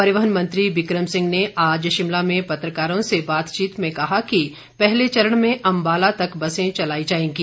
परिवहन मंत्री बिक्रम सिंह ने आज शिमला में पत्रकारों से बातचीत में कहा कि पहले चरण में अम्बाला तक बसें चलाई जाएंगी